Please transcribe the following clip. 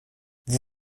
vous